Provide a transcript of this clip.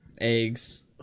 eggs